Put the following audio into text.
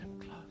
close